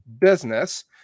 business